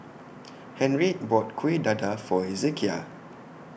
Henriette bought Kuih Dadar For Hezekiah